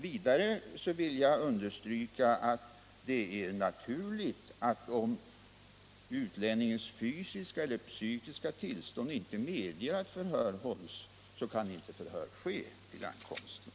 Vidare vill jag understryka att om utlänningens fysiska eller psykiska tillstånd inte medger att förhör hålls kan förhör naturligtvis inte ske vid ankomsten.